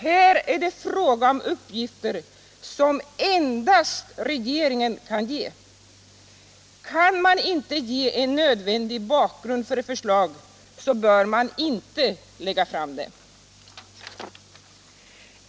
Här är det fråga om uppgifter som endast regeringen kan ge. Kan man inte ge en nödvändig bakgrund för ett förslag bör man inte lägga fram det.